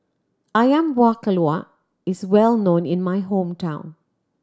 Ayam Buah Keluak is well known in my hometown